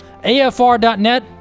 AFR.net